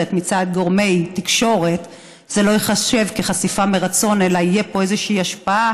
מצד גורמי תקשורת זה לא ייחשב כחשיפה מרצון אלא תהיה פה איזושהי השפעה